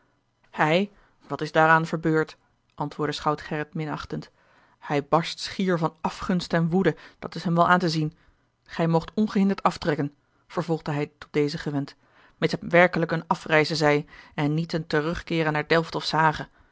hij wat is daaraan verbeurd antwoordde schout gerrit minachtend hij barst schier van afgunst en woede dat is hem wel aan te zien gij moogt ongehinderd aftrekken vervolgde hij tot dezen gewend mits het werkelijk eene afreize zij en niet een terugkeeren naar delft of